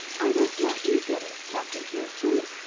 i don't want you getting stuck in here too.